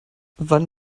wann